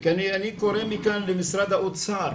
אני קורא מכאן למשרד האוצר